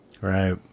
Right